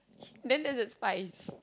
then that's the spice